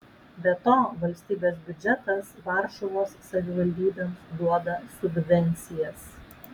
be to valstybės biudžetas varšuvos savivaldybėms duoda subvencijas